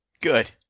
Good